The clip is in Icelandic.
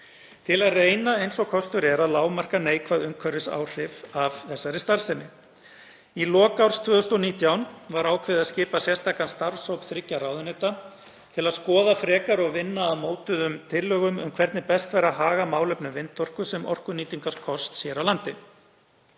til að reyna eins og kostur er að lágmarka neikvæð umhverfisáhrif af þessari starfsemi. Í lok árs 2019 var ákveðið að skipa sérstakan starfshóp þriggja ráðuneyta til að skoða frekar og vinna að mótuðum tillögum um hvernig best væri að haga málefnum vindorku sem orkunýtingarkosts hér á landi.